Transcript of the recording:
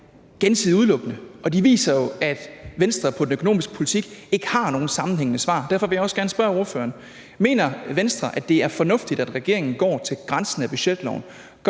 gensidigt udelukkende, og de viser, at Venstre i forhold til den økonomiske politik ikke har nogen sammenhængende svar. Derfor vil jeg også gerne spørge ordføreren: Mener Venstre, det er fornuftigt, at regeringen går til grænsen af budgetloven